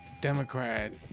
Democrat